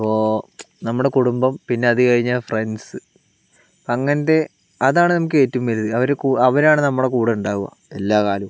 അപ്പോൾ നമ്മുടെ കുടുംബം പിന്നെ അതു കഴിഞ്ഞാൽ ഫ്രെന്റ് സ് അങ്ങനത്തെ അതാണ് നമുക്ക് ഏറ്റവും വലുത് അവർ അവരാണ് നമ്മുടെ കുടെയുണ്ടാവുക എല്ലാ കാലവും